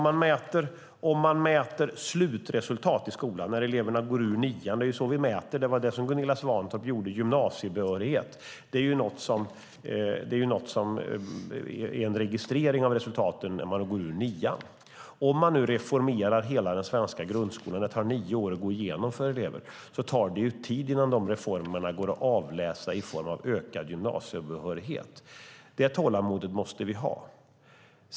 Man mäter slutresultat i skolan när eleverna går ut nian. Det är en registrering av resultaten. Det är så vi mäter gymnasiebehörighet; det var det Gunilla Svantorp gjorde. Om man nu reformerar hela den svenska grundskolan, som det tar nio år att gå igenom, tar det tid innan reformerna går att avläsa i form av ökad gymnasiebehörighet. Det tålamodet måste vi ha.